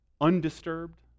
undisturbed